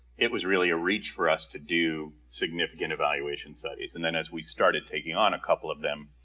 it was really a reach for us to do significant evaluation studies and then as we started taking on a couple of them